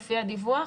לפי הדיווח.